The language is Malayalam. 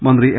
മന്ത്രി എം